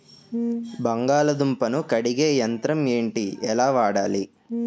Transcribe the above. బంగాళదుంప ను కడిగే యంత్రం ఏంటి? ఎలా వాడాలి?